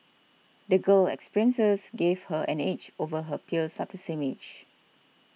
the girl's experiences gave her an edge over her peers up the same age